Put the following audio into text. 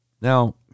Now